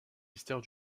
mystères